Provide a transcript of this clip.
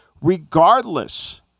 regardless –